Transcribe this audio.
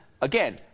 again